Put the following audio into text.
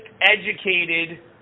educated